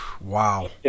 Wow